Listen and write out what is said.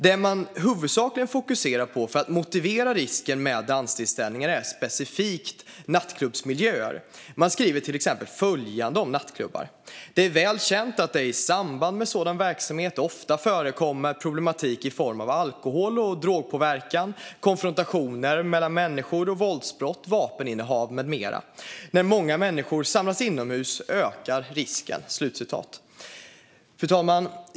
Det man huvudsakligen fokuserar på för att motivera risken med danstillställningar är specifikt nattklubbsmiljöer. Man skriver till exempel följande om nattklubbar: "Det är väl känt att det i samband med sådan verksamhet ofta förekommer problematik i form av alkohol och drogpåverkan, konfrontationer mellan människor och våldsbrott, vapeninnehav med mera. När många människor samlas inomhus ökar risken." Fru talman!